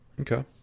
okay